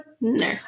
no